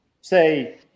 say